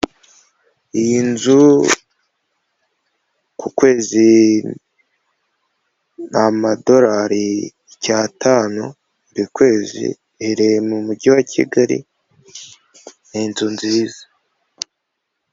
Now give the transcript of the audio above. Iyi nzu ku kwezi ni amadorari icyatanu, buri kwezi, iherereye mu mugi wa Kigali, ni inzu nziza.